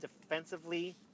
defensively